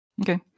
Okay